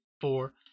four